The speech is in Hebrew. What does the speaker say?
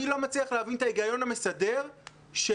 אני לא מצליח להבין את ההיגיון המסדר שנעשה